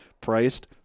priced